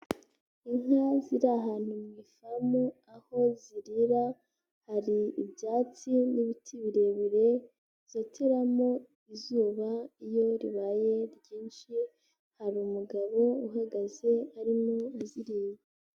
Inka ziri ahantu mu ifamu aho zirira, hari ibyatsi n'ibiti birebire zotimo izuba iyo ribaye ryinshi, hari umugabo uhagaze arimo azireba.